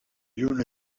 lluna